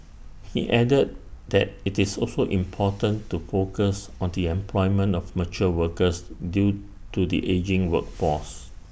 he added that IT is also important to focus on the employment of mature workers due to the ageing workforce